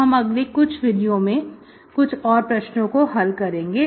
हम अगले कुछ वीडियो में कुछ और प्रश्नों को हल करेंगे